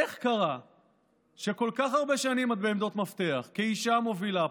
איך קרה שכל כך הרבה שנים את בעמדות מפתח כאישה מובילה,